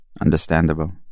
Understandable